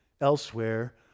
elsewhere